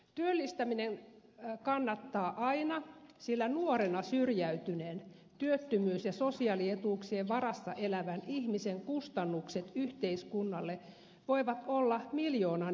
työllistäminen kannattaa aina sillä nuorena syrjäytyneen työttömyys ja sosiaalietuuksien varassa elävän ihmisen kustannukset yhteiskunnalle voivat olla miljoonan euron luokkaa